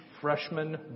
freshman